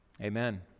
Amen